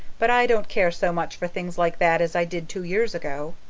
but i don't care so much for things like that as i did two years ago.